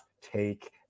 take